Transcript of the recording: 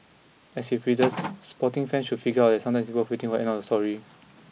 as with readers sporting fans should figure out that sometimes waiting for the end of a story